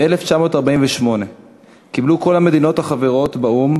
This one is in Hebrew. ב-1948 קיבלו כל המדינות החברות באו"ם,